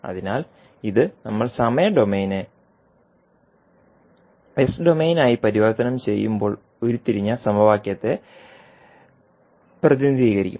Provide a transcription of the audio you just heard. അതിനാൽ ഇത് നമ്മൾ സമയ ഡൊമെയ്നെ എസ് ഡൊമെയ്നായി പരിവർത്തനം ചെയ്യുമ്പോൾ ഉരുത്തിരിഞ്ഞ സമവാക്യത്തെ പ്രതിനിധീകരിക്കും